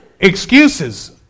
Excuses